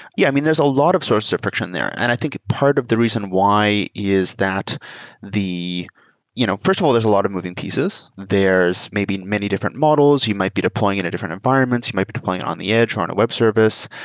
yeah, i mean, there's a lot of sources of friction there. and i think part of the reason why is that the you know first of all, there's a lot of moving pieces maybe many different models. you might be deploying it at different environments. you might be deploying it on the edge or on a web service.